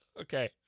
okay